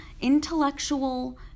intellectual